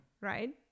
right